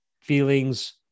feelings